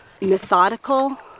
methodical